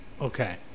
Okay